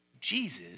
Jesus